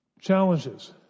Challenges